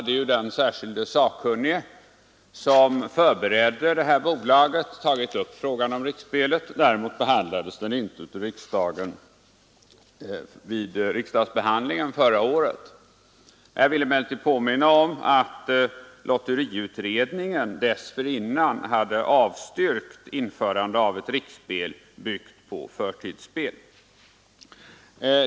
Den särskilde sakkunnige som förberedde bildandet av bolaget hade tagit upp frågan om ett riksspel. Däremot var den inte uppe under riksdagsbehandlingen förra året. Jag vill emellertid påminna om att lotteriutredningen dessförinnan hade avstyrkt införande av ett riksspel, byggt på förtidsspel.